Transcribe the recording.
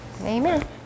Amen